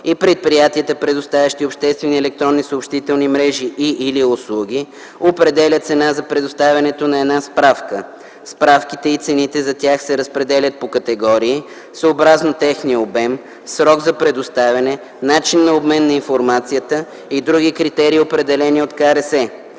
и предприятията, предоставящи обществени електронни съобщителни мрежи и/или услуги, определя цена за предоставянето на една справка. Справките и цените за тях се разпределят по категории съобразно техния обем, срок за предоставяне, начин на обмен на информацията и други критерии, определени от КРС.